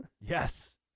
Yes